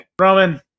Roman